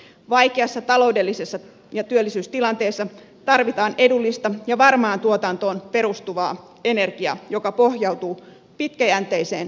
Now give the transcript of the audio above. vaikeassa taloudellisessa ja työllisyystilanteessa tarvitaan edullista ja varmaan tuotantoon perustuvaa energiaa joka pohjautuu pitkäjänteiseen suunnitelmaan